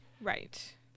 Right